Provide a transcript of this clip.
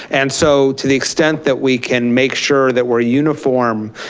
and so to the extent that we can make sure that we're uniformed.